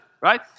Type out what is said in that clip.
right